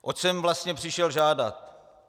Oč jsem vlastně přišel žádat.